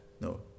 no